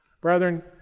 Brethren